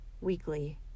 weekly